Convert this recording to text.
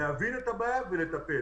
להבין את הבעיה ולטפל.